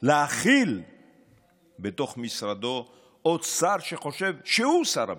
להכיל בתוך משרדו עוד שר שחושב שהוא שר הביטחון.